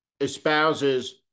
espouses